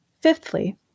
Fifthly